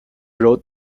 wrote